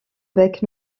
bec